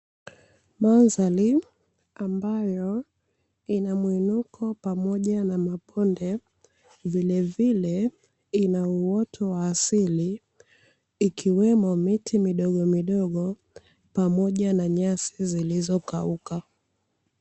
Mandhari ambayo inamwinuko pamoja na mabonde, vile vile ina uwoto wa asili, ikiwemo miti midogo midogo pamoja na nyasi zilizokauka.